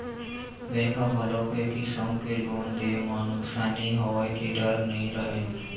bank ह घलोक ए किसम के लोन दे म नुकसानी होए के डर नइ रहय